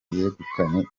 yegukanye